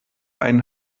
einen